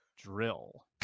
drill